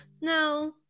No